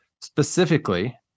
specifically